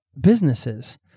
businesses